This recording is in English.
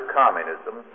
communism